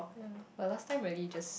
ya but last time really just